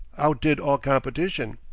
outdid all competition.